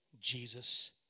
Jesus